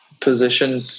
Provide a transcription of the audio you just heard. position